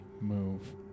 Move